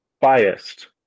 biased